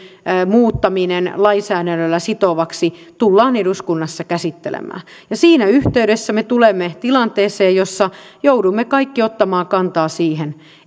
muuttaminen lainsäädännöllä sitovaksi tullaan eduskunnassa käsittelemään siinä yhteydessä me tulemme tilanteeseen jossa joudumme kaikki ottamaan kantaa siihen